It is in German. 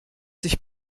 sich